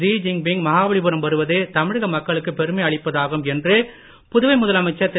சீ Jinping Mahabalipuram வருவது தமிழக மக்களுக்கு பெருமை அளிப்பதாகும் என்று புதுவை முதலமைச்சர் திரு